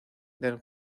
del